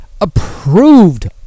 approved